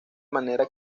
manera